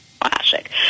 Classic